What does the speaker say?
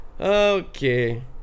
Okay